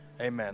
Amen